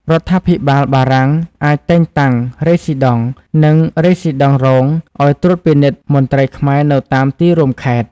រដ្ឋាភិបាលបារាំងអាចតែងតាំងរេស៊ីដង់ និងរេស៊ីដង់រងឱ្យត្រួតពិនិត្យមន្ត្រីខ្មែរនៅតាមទីរួមខេត្ត។